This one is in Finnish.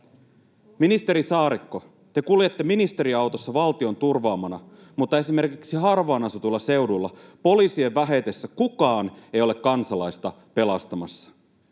Ministeri Saarikko, te kuljette ministeriautossa valtion turvaamana, mutta esimerkiksi harvaan asutuilla seuduilla poliisien vähetessä kukaan ei ole kansalaista pelastamassa.